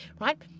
Right